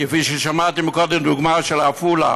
כפי ששמעתי מקודם, את הדוגמה של עפולה